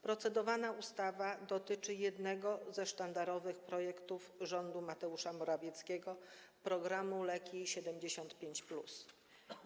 Procedowana ustawa dotyczy jednego ze sztandarowych projektów rządu Mateusza Morawieckiego - programu Leki 75+.